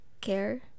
care